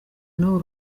n’ubu